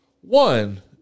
One